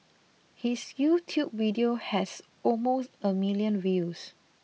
his YouTube video has almost a million views